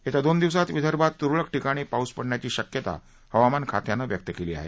येत्या दोन दिवसात विदर्भात त्रळक ठिकाणी पाऊस पडण्याची शक्यता हवामान खात्यानं व्यक्त केली आहे